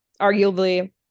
arguably